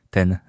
ten